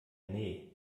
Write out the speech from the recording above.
nee